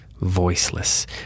voiceless